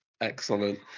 excellent